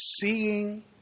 Seeing